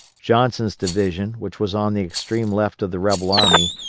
johnson's division, which was on the extreme left of the rebel army,